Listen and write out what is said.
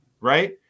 right